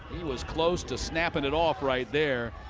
he was close to snapping it off right there.